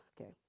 Okay